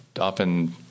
often